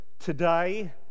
today